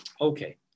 okay